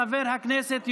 אתם בעד המדינה הפלסטינית,